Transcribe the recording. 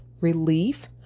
relief